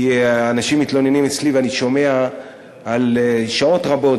כי אנשים מתלוננים אצלי ואני שומע על שעות רבות,